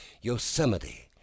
Yosemite